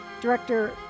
director